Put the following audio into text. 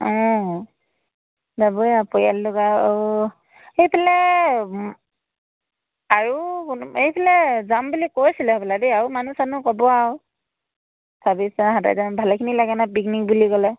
অঁ যাবই আৰু পৰিয়াল লগা আৰু এইফালে আৰু কোনো এইফালে যাম বুলি কৈছিলে হ'বলা দেই আৰু মানুহ চানুহ ক'ব আৰু ছাব্বিছ হয় সাতাইছ হয় ভালেখিনি লাগে নহয় পিকনিক বুলি ক'লে